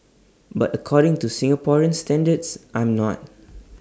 but according to Singaporean standards I'm not